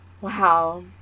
Wow